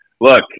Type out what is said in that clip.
Look